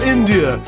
India